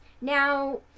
Now